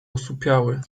osłupiały